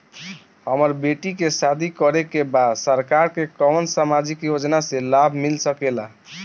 हमर बेटी के शादी करे के बा सरकार के कवन सामाजिक योजना से लाभ मिल सके ला?